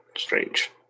Strange